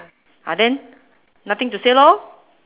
ah then nothing to say lor